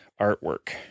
artwork